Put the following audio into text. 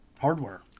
hardware